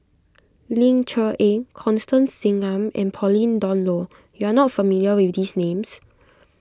Ling Cher Eng Constance Singam and Pauline Dawn Loh you are not familiar with these names